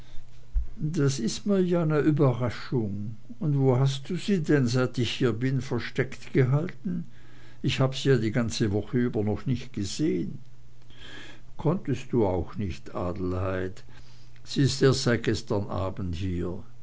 das ist mir ja ne überraschung und wo hast du sie denn seit ich hier bin versteckt gehalten ich habe sie ja die ganze woche über noch nicht gesehn konntest du auch nicht adelheid sie ist erst seit gestern abend hier